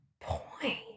point